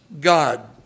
God